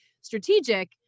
strategic